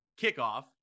kickoff